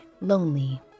lonely